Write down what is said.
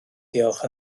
diolch